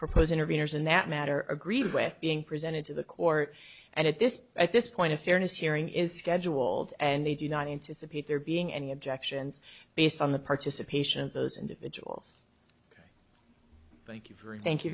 proposed intervenors in that matter agreed with being presented to the court and at this at this point of fairness hearing is scheduled and they do not anticipate there being any objections based on the participation of those individuals thank you